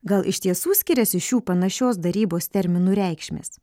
gal iš tiesų skiriasi šių panašios darybos terminų reikšmės